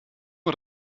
uhr